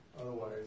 otherwise